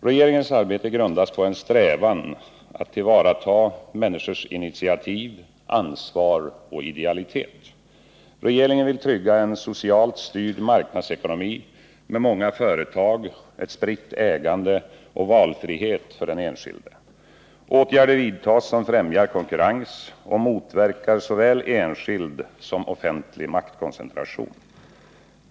Regeringens arbete grundas på en strävan att tillvarata människors initiativ, ansvar och idealitet. Regeringen vill trygga en socialt styrd marknadsekonomi med många företag, ett spritt ägande och valfrihet för den enskilde. Åtgärder vidtas som främjar konkurrens och motverkar såväl enskild som offentlig maktkoncentration.